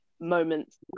moments